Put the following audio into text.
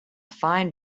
fine